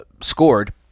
scored